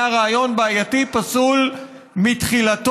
היה רעיון בעייתי ופסול מתחילתו,